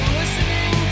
listening